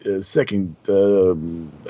second